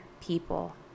people